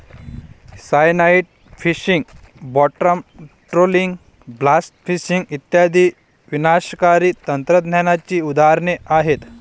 cyanide fishing, bottom trawling, blast fishing इत्यादी विनाशकारी तंत्रज्ञानाची उदाहरणे आहेत